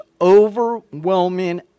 overwhelming